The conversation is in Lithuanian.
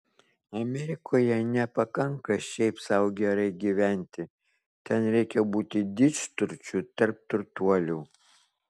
amerikoje nepakanka šiaip sau gerai gyventi ten reikia būti didžturčiu tarp turtuolių